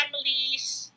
families